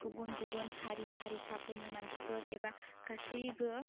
गुबुन गुबुन हारि हारिसाफोरनि मानसिफोर एबा गासैबो